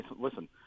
listen